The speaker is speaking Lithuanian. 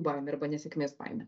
baimė arba nesėkmės baimė